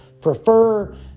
prefer